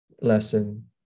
lesson